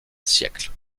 siècle